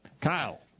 Kyle